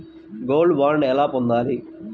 Gold bond ఎలా పొందాలి?